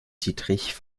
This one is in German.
dietrich